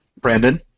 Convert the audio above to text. Brandon